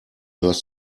hörst